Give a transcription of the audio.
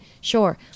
sure